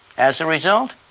as a result,